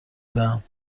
دهم